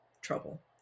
trouble